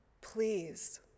please